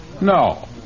No